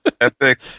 Epic